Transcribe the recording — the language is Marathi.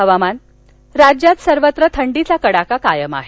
हवामान राज्यात सर्वत्र थंडीचा कडाका कायम आहे